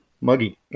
Muggy